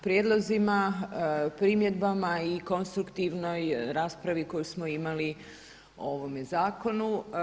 prijedlozima, primjedbama i konstruktivnoj raspravi koju smo imali o ovome zakonu.